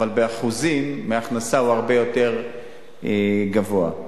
באחוזים מהכנסה הוא הרבה יותר גבוה.